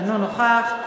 אינו נוכח.